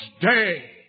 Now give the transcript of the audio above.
Day